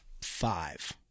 five